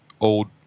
old